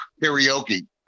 karaoke